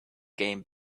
came